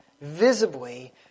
visibly